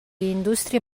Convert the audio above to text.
indústria